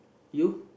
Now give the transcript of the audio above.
you